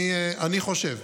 אני חושב,